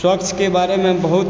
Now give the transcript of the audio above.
स्वच्छके बारेमे बहुत